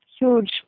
huge